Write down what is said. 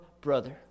brother